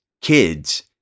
kids